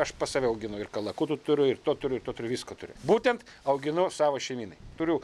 aš pas save auginu ir kalakutų turiu ir to turiu to turiu visko turiu būtent auginu savo šeimynai turiu